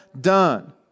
done